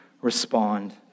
respond